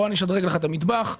בוא אני אשדרג לך את המטבח וכו'.